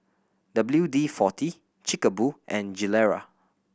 W D Forty Chic a Boo and Gilera